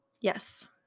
Yes